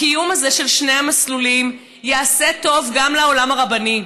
הקיום הזה של שני המסלולים יעשה טוב גם לעולם הרבני.